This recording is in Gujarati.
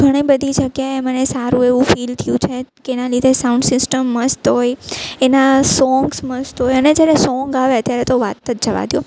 ઘણી બધી જગ્યાએ મને સારું એવું ફીલ થયું છે કે એના લીધે સાઉન્ડ સિસ્ટમ મસ્ત હોય એના સોંગ્સ મસ્ત હોય અને જ્યારે સોંગ આવે ત્યારે તો વાત જ જવા દ્યો